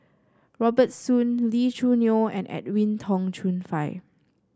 Robert Soon Lee Choo Neo and Edwin Tong Chun Fai